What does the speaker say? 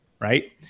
right